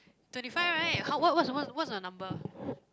twenty five right how what what's what's the number